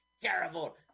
terrible